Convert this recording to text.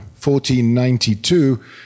1492